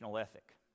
ethic